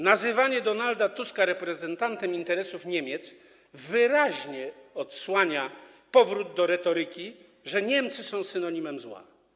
Nazywanie Donalda Tuska reprezentantem interesów Niemiec wyraźnie odsłania powrót do retoryki, że Niemcy są synonimem zła.